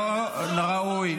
לא ראוי.